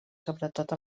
sobretot